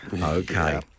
Okay